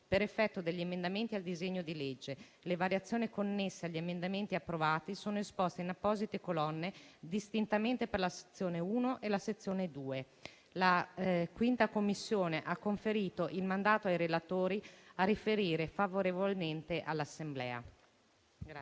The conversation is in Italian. per effetto degli emendamenti al disegno di legge. Le variazioni connesse agli emendamenti approvati sono esposte in apposite colonne, distintamente per la Sezione 1 e la Sezione 2. La 5a Commissione ha conferito il mandato ai relatori a riferire favorevolmente all'Assemblea.